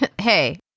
Hey